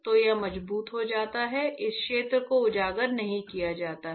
तो यह मजबूत हो जाता है इस क्षेत्र को उजागर नहीं किया जाता है